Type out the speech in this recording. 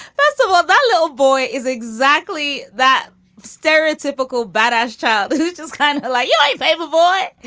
first of all, that little boy is exactly that stereotypical bad ass child who just kind of like your life i have a boy.